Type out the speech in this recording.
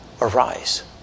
arise